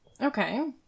Okay